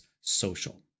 social